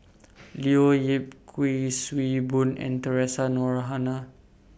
Leo Yip Kuik Swee Boon and Theresa Noronha